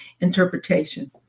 interpretation